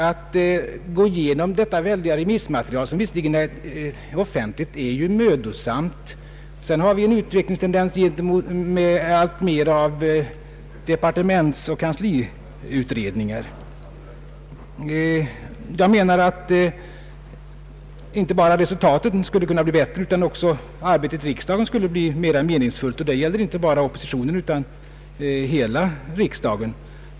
Att gå igenom det väldiga remissmaterialet, som visserligen är offentligt, är mödosamt. Dessutom har vi en utvecklings tendens mot allt fler departementsoch kansliutredningar. Jag menar att inte bara resultaten skulle kunna bli bättre utan också arbetet i riksdagen skulle kunna bli mera meningsfullt; och det gäller inte bara oppositionen utan hela riksdagen.